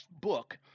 book